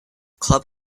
club